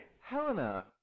Helena